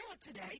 today